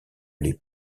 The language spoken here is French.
les